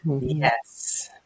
Yes